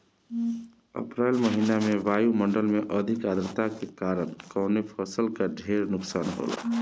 अप्रैल महिना में वायु मंडल में अधिक आद्रता के कारण कवने फसल क ढेर नुकसान होला?